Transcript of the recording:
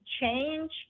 change